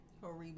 Horrible